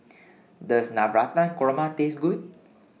Does Navratan Korma Taste Good